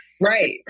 Right